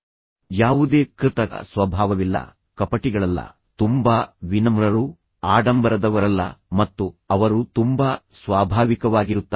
ಅವರಿಗೆ ಯಾವುದೇ ಕೃತಕ ಸ್ವಭಾವವಿಲ್ಲ ಅವರು ಕಪಟಿಗಳಲ್ಲ ಅವರು ತುಂಬಾ ವಿನಮ್ರರು ಅವರು ಆಡಂಬರದವರಲ್ಲ ಮತ್ತು ನಂತರ ಅವರು ತುಂಬಾ ಸ್ವಾಭಾವಿಕವಾಗಿರುತ್ತಾರೆ